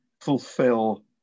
fulfill